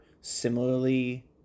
similarly